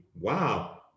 Wow